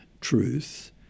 truth